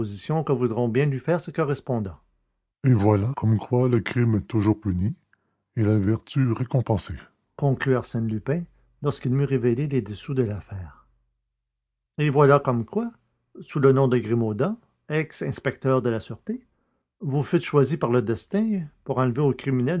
que voudront bien lui faire ses correspondants et voilà comme quoi le crime est toujours puni et la vertu récompensée conclut arsène lupin lorsqu'il m'eut révélé les dessous de l'affaire et voilà comme quoi sous le nom de grimaudan ex inspecteur de la sûreté vous fûtes choisi par le destin pour enlever au criminel